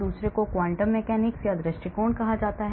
दूसरे को quantum mechanics दृष्टिकोण कहा जाता है